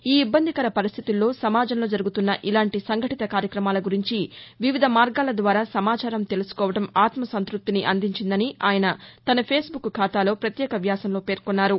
ఈ ఇబ్బందికర పరిస్థితుల్లో సమాజంలో జరుగుతున్న ఇలాంటి సంఘటిత కార్యక్రమాల గురించి వివిధ మార్గాల ద్వారా సమాచారం తెలుసుకోవటం ఆత్మ సంత్పప్తిని అందించిందని ఆయన తన ఫేస్ బుక్ ఖాతాలో ప్రత్యేక వ్యాసంలో పేర్కొన్నారు